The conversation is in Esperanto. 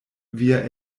via